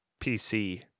PC